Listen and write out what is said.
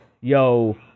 yo